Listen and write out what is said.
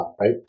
right